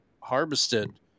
harvested